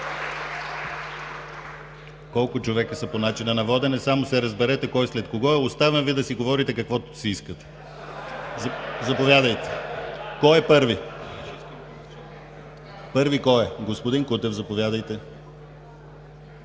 Колко човека са по начина на водене? Само се разберете кой след кого е. Оставям Ви да си говорите каквото си искате. („Еееее.) Заповядайте. Кой е първи? Господин Кутев – заповядайте.